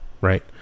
right